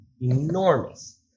enormous